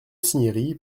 cinieri